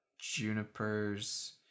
Juniper's